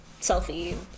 selfie